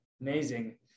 amazing